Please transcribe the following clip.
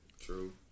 True